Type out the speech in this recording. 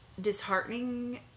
disheartening